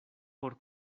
por